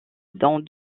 dans